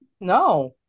No